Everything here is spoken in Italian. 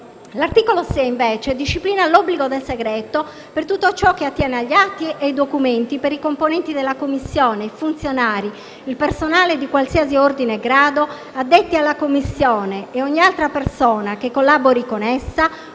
L'articolo 6 del provvedimento disciplina l'obbligo del segreto per tutto ciò che attiene agli atti e ai documenti per i componenti della Commissione, i funzionari e il personale di qualsiasi ordine e grado addetti alla Commissione e ogni altra persona che collabori con essa,